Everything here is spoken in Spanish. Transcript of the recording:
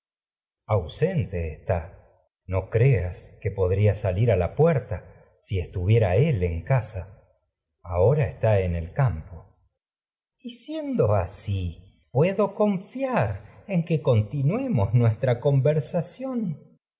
ausente la está que podría salir a puerta si estuviera él en casa ahora está en el campo coro y siendo así puedo confiar en que continue mos nuestra conversación